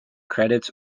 credits